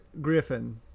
Griffin